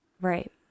Right